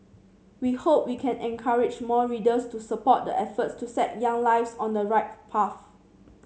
we hope we can encourage more readers to support the efforts to set young lives on the right path